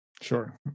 sure